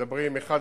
מדברים: אחת,